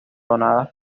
donadas